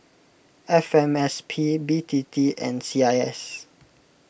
F M S P B T T and C I S